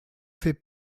fait